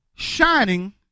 shining